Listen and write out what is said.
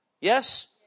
Yes